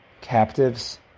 captives